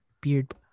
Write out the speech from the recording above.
beard